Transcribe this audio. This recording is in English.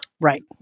Right